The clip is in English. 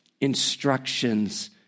instructions